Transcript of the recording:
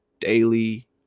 daily